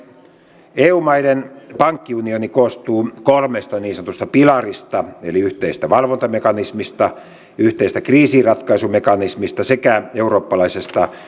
eu maiden pankkiunioni koostuu kolmesta niin sanotusta pilarista eli yhteisestä valvontamekanismista yhteisestä kriisinratkaisumekanismista sekä eurooppalaisesta talletussuojajärjestelmästä